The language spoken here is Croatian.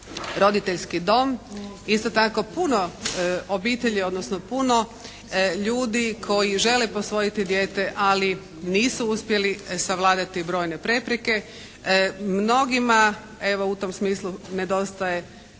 roditeljski dom. Isto tako, puno obitelji, odnosno puno ljudi koji žele posvojiti dijete ali nisu uspjeli savladati brojne prepreke. Mnogima evo u tom smislu nedostaje